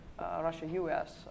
Russia-US